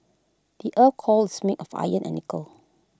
the Earth's core is made of iron and nickel